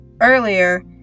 earlier